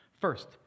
First